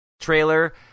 trailer